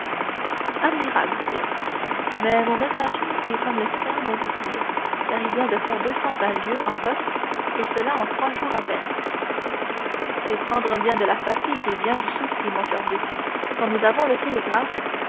admirable sire mais mon messager est comme le cerf dont vous parlez car il vient de faire deux cent vingt lieues en poste et cela en trois jours à peine c'est prendre bien de la fatigue et bien du souci mon cher duc quand nous avons le télégraphe